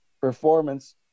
performance